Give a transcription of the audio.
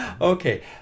Okay